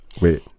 Wait